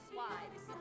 wives